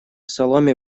соломе